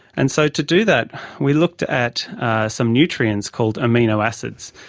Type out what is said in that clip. and so to do that we looked at some nutrients called amino acids.